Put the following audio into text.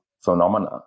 phenomena